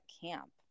camp